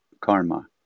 karma